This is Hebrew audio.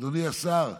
אדוני השר,